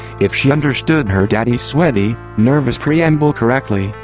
if she understood her daddy's sweaty, nervous preamble correctly,